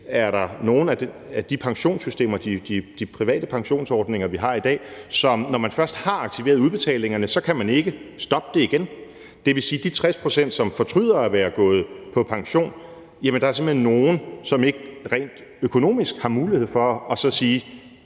er der nogle af de private pensionsordninger, vi har i dag, hvor det er sådan, at når man først har aktiveret udbetalingerne, så kan man ikke stoppe dem igen. Det vil sige, at blandt de 60 pct., som fortryder at være gået på pension, er der simpelt hen nogle, som rent økonomisk ikke har mulighed for så at sige: